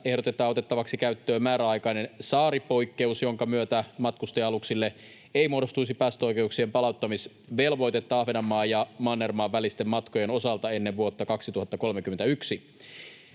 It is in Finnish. ehdotetaan otettavaksi käyttöön määräaikainen saaripoikkeus, jonka myötä matkustaja-aluksille ei muodostuisi päästöoikeuksien palauttamisvelvoitetta Ahvenanmaan ja mannermaan välisten matkojen osalta ennen vuotta 2031.